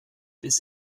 biss